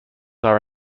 are